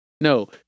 no